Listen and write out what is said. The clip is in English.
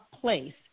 place